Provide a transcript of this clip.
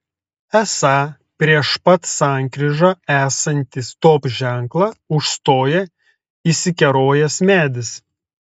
esą prieš pat sankryžą esantį stop ženklą užstoja įsikerojęs medis